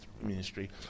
ministry